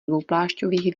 dvouplášťových